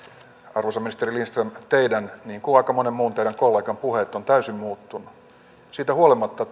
arvoisa ministeri lindström teidän niin kuin aika monen teidän kolleganne puheenne ovat täysin muuttuneet siitä huolimatta